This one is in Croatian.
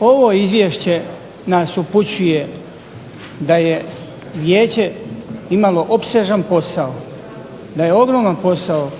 Ovo izvješće nas upućuje da je vijeće imalo opsežan posao, da je ogroman posao